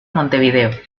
montevideo